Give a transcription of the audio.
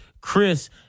Chris